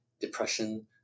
depression